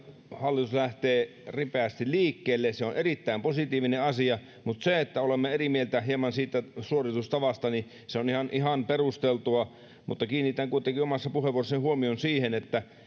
hallitus lähtee ripeästi liikkeelle on erittäin positiivinen asia ja se että olemme hieman eri mieltä suoritustavasta on ihan ihan perusteltua mutta kiinnitän kuitenkin omassa puheenvuorossani huomion siihen että